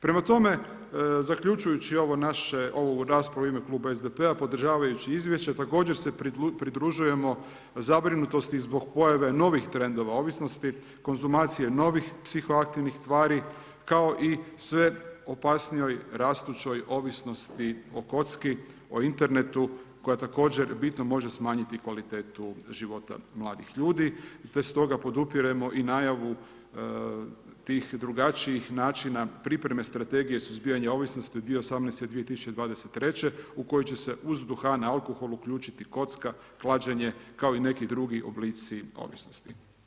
Prema tome, zaključujući ovu našu raspravu u ime Kluba SDP-a, podržavajući izvješće, također se pridružujemo zabrinutosti zbog pojave novih trendova ovisnosti, konzumacije novih psihoaktivnih tvari, kao i sve opasnijoj rastućoj ovisnosti o koci, o internetu, koja također bitno može smanjiti kvalitetu života mladih ljudi, te stoga podupiremo i najavu tih drugačijih načina pripreme strategije suzbijanja ovisnosti 2018.-2023. u kojoj će se uz duhan i alkohol uključiti kocka, klađenje, kao i neki drugi oblici ovisnosti.